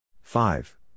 Five